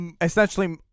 essentially